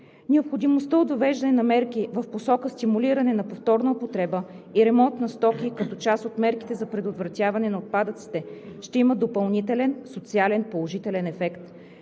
Необходимостта от въвеждането на мерки в посока стимулиране на повторна употреба и ремонт на стоки, като част от мерките за предотвратяване на отпадъците, ще има допълнителен социален, положителен ефект,